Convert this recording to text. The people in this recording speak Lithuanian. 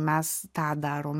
mes tą darom